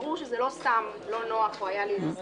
ברור שזה לא סתם שלא היה נוח או היה איזו סידור.